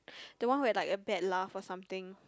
the one where like a bad laugh or something